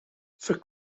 for